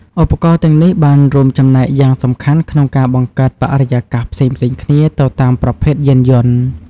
ឧបករណ៍ទាំងនេះបានរួមចំណែកយ៉ាងសំខាន់ក្នុងការបង្កើតបរិយាកាសផ្សេងៗគ្នាទៅតាមប្រភេទយានយន្ត។